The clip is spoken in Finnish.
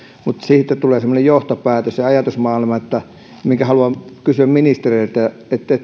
mutta siitä tulee semmoinen johtopäätös ja ajatusmaailma mistä haluan kysyä ministereiltä